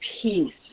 peace